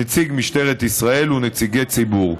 נציג משטרת ישראל ונציגי ציבור.